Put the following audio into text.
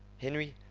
henry,